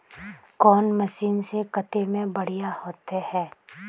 कौन मशीन से कते में बढ़िया होते है?